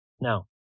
Now